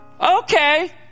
okay